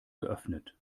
geöffnet